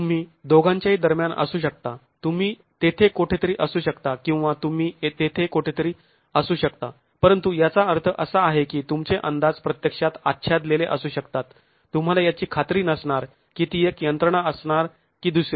तुम्ही दोघांच्याही दरम्यान असू शकता तुम्ही तेथे कोठेतरी असू शकता किंवा तुम्ही तेथे कोठेतरी असू शकता परंतु याचा अर्थ असा आहे की तुमचे अंदाज प्रत्यक्षात आच्छादलेले असू शकतात तुम्हाला याची खात्री नसणार की ती एक यंत्रणा असणार की दुसरी